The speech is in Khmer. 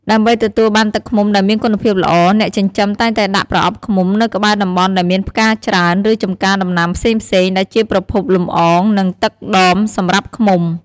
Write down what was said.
ដើម្បីទទួលបានទឹកឃ្មុំដែលមានគុណភាពល្អ អ្នកចិញ្ចឹមតែងតែដាក់ប្រអប់ឃ្មុំនៅក្បែរតំបន់ដែលមានផ្កាច្រើន ឬចំការដំណាំផ្សេងៗ ដែលជាប្រភពលំអង និងទឹកដមសម្រាប់ឃ្មុំ។